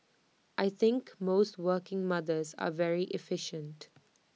I think most working mothers are very efficient